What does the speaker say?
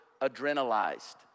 adrenalized